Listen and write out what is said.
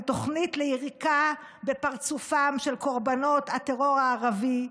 היא תוכנית ליריקה בפרצופם של קורבנות הטרור הערבי,